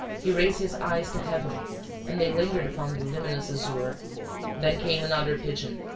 he raised his eyes to heaven and they lingered upon the luminous azure then came another pigeon.